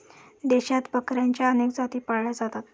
देशात बकऱ्यांच्या अनेक जाती पाळल्या जातात